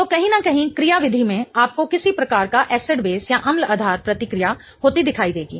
तो कहीं न कहीं क्रियाविधि में आपको किसी प्रकार का एसिड बेस अम्ल आधार प्रतिक्रिया होती दिखाई देगी